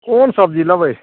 कोन सब्जी लेबय